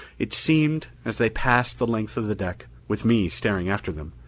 it seemed, as they passed the length of the deck, with me staring after them,